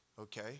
Okay